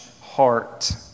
heart